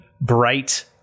bright